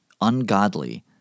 ungodly